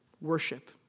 Worship